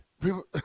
People